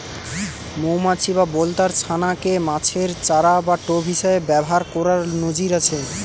মউমাছি বা বলতার ছানা কে মাছের চারা বা টোপ হিসাবে ব্যাভার কোরার নজির আছে